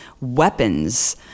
weapons